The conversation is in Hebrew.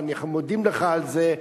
ואנחנו מודים לך על זה,